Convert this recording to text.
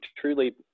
truly